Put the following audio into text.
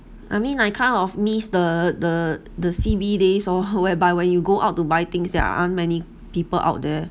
I mean I kind of miss the the the C_B days oh whereby when you go out to buy things there aren't many people out there